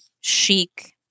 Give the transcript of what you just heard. chic